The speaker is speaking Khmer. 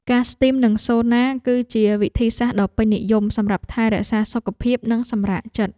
ការស្ទីម និងសូណា គឺជាវិធីសាស្ត្រដ៏ពេញនិយមសម្រាប់ថែរក្សាសុខភាព និងសម្រាកចិត្ត។